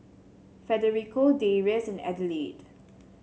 Federico Darrius and Adelaide